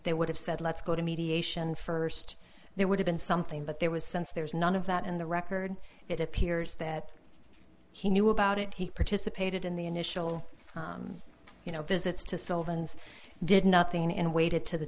they would have said let's go to mediation first there would have been something but there was sense there's none of that in the record it appears that he knew about it he participated in the initial you know visits to sell vns did nothing and waited to the